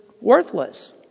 worthless